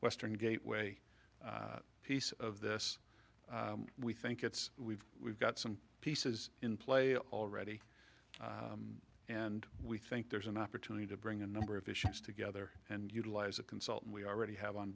western gateway piece of this we think it's we've we've got some pieces in play already and we think there's an opportunity to bring a number of issues together and utilize a consultant we already have on